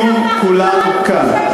הם יהיו כולם כאן.